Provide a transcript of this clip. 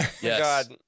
yes